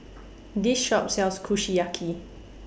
This Shop sells Kushiyaki